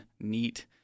neat